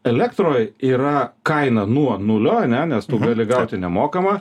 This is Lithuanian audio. elektroj yra kaina nuo nulio ane nes tu gali gauti nemokamą